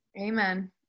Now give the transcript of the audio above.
Amen